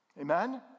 Amen